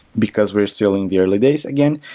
because we're still in the early days again,